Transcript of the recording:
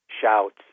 shouts